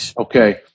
Okay